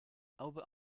albert